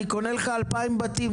אני קונה לך 2000 בתים,